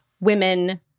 women